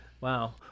Wow